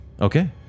Okay